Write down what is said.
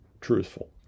truthful